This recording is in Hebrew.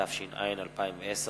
התש”ע 2010,